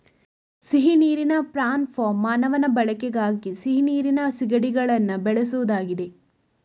ಸಿಹಿ ನೀರಿನ prawn farm ಮಾನವನ ಬಳಕೆಗಾಗಿ ಸಿಹಿ ನೀರಿನ ಸೀಗಡಿಗಳನ್ನ ಬೆಳೆಸುದಾಗಿದೆ